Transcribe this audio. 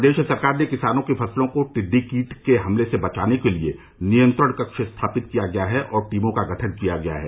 प्रदेश सरकार ने किसानों की फसलों को टिड्डी कीट के हमले से बचाने के लिए नियंत्रण कक्ष स्थापित किया है और टीमों का गठन किया है